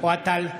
אוהד טל,